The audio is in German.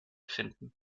finden